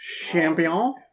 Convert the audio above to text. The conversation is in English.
Champion